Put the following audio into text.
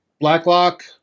Blacklock